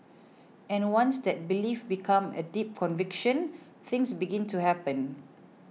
and once that belief becomes a deep conviction things begin to happen